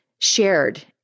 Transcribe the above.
shared